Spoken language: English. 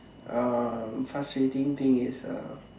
um frustrating thing is uh